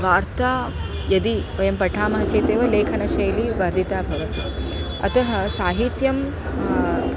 वार्ता यदि वयं पठामः चेदेव लेखनशैली वर्धिता भवति अतः साहित्यं